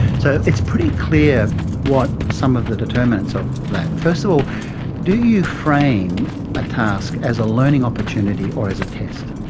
so it's pretty clear what some of the determinants of that, first of all do you frame a task as a learning opportunity or as a test?